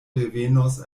revenos